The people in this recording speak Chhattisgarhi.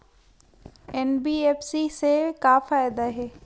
एन.बी.एफ.सी से का फ़ायदा हे?